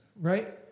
right